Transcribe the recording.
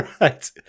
Right